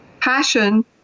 Passion